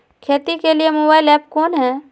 खेती के लिए मोबाइल ऐप कौन है?